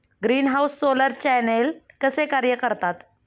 Greenhouse solar channel कसे कार्य करतात?